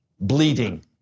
Bleeding